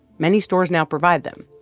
many stores now provide them.